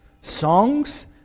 songs